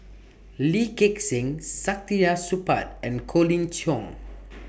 Lee Gek Seng Saktiandi Supaat and Colin Cheong